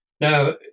Now